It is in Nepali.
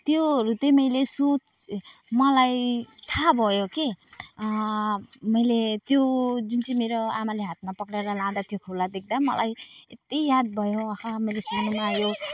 त्योहरू चाहिँ मैले सोचेँ मलाई थाह भयो के मैले त्यो जुन चाहिँ मेरो आमाले हातमा पक्रिएर लाँदा त्यो खोला देख्दा मलाई यति याद भयो आहा मैले सानोमा यो